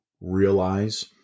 realize